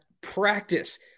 Practice